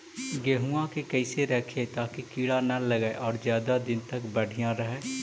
गेहुआ के कैसे रखिये ताकी कीड़ा न लगै और ज्यादा दिन तक बढ़िया रहै?